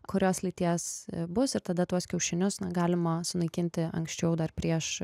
kurios lyties bus ir tada tuos kiaušinius na galima sunaikinti anksčiau dar prieš